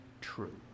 true